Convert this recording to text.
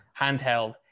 handheld